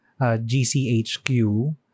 GCHQ